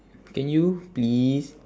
can you please